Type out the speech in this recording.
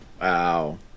Wow